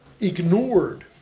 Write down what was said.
ignored